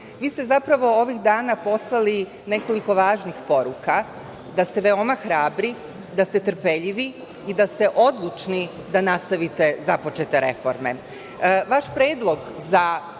ste, zapravo, ovih dana poslali nekoliko važnih poruka, da ste veoma hrabri, da ste trpeljivi i da ste odlučni da nastavite započete reforme. Vaš